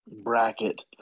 bracket